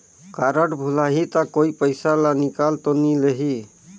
Card भुलाही ता कोई पईसा ला निकाल तो नि लेही?